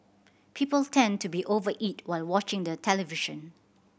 people tend to be over eat while watching the television